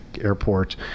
Airport